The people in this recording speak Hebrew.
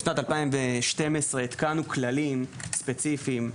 בשנת 2012 התקנו כללים ספציפיים.